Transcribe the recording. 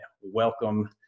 welcome